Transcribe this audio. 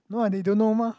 no ah they don't know mah